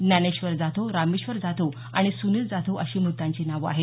ज्ञानेश्वर जाधव रामेश्वर जाधव आणि सुनील जाधव अशी म्रतांची नावं आहेत